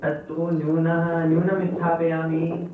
अस्तु न्यूनः न्यूनं स्थापयामि